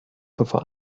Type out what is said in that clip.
bevor